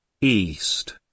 east